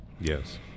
Yes